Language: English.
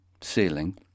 ceiling